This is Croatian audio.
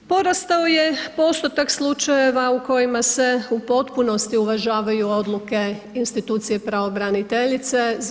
Porastao je postotak slučajeva u kojima se u potpunosti uvažavaju odluke institucije pravobraniteljice.